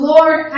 Lord